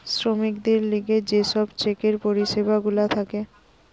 শ্রমিকদের লিগে যে সব চেকের পরিষেবা গুলা থাকে